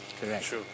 correct